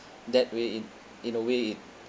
that way it in a way it